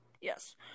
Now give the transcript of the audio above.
Yes